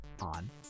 on